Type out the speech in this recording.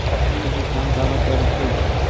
ऋण भुक्तान काबर कर थे?